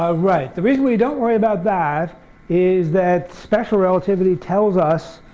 ah right. the reason we don't worry about that is that special relativity tells us